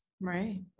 Right